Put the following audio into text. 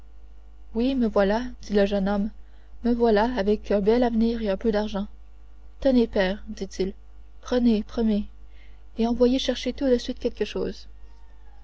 oui me voilà dit le jeune homme me voilà avec un bel avenir et un peu d'argent tenez père dit-il prenez prenez et envoyez chercher tout de suite quelque chose